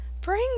bring